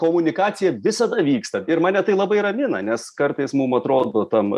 komunikacija visada vyksta ir mane tai labai ramina nes kartais mum atrodo tam